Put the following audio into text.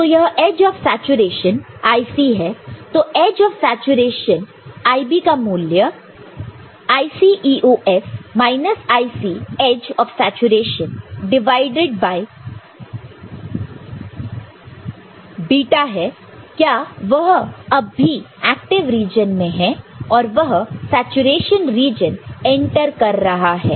तो यह edge of saturation IC है तो एज ऑफ सैचुरेशन IB का मूल्य IC IC edge of saturation divide by β है क्या वह अब भी एक्टिव रीजन में है और वह सैचुरेशन रीजन एंटर कर रहा है